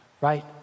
right